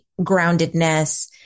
groundedness